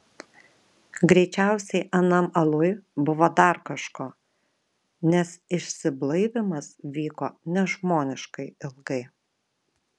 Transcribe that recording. greičiausiai anam aluj buvo dar kažko nes išsiblaivymas vyko nežmoniškai ilgai